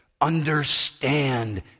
Understand